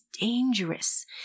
dangerous